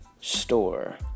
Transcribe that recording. store